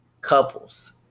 couples